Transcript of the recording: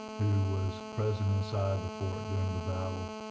who was present inside the fort during the battle.